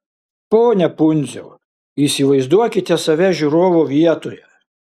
pone pundziau įsivaizduokite save žiūrovo vietoje